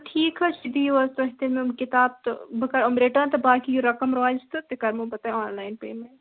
ٹھیٖک حظ چھُ دِیِو حظ تُہۍ تیٚلہِ یِم کِتاب تہٕ بہٕ کَرٕ یِم رِٹٲرٕن تہٕ باقٕے یہِ رقم روزِ تہِ کرٕہو بہٕ تۄہہِ آنلایَن پیمیٚنٛٹ